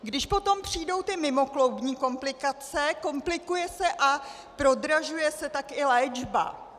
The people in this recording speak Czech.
Když potom přijdou ty mimokloubní komplikace, komplikuje se a prodražuje se tak i léčba.